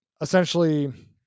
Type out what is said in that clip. essentially